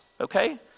Okay